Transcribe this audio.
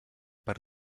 per